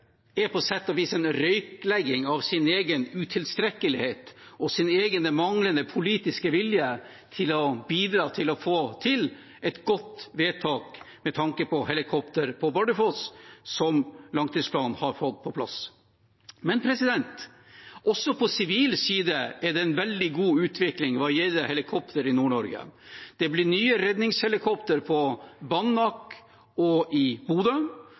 er på sett og vis en røyklegging av sin egen utilstrekkelighet og sin egen manglende politiske vilje til å bidra til å få til et godt vedtak med tanke på helikopter på Bardufoss, noe langtidsplanen har fått på plass. Også på sivil side er det en veldig god utvikling hva gjelder helikopter i Nord-Norge. Det blir nye redningshelikoptre på Banak og i Bodø,